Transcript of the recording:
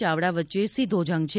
ચાવડા વચ્ચે સીધો જંગ છે